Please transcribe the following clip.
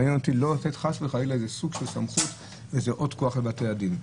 מעניין אותם לא לתת סמכות ועוד כוח לבתי הדין.